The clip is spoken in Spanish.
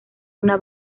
una